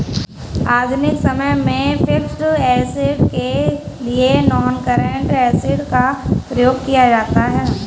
आधुनिक समय में फिक्स्ड ऐसेट के लिए नॉनकरेंट एसिड का प्रयोग किया जाता है